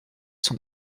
son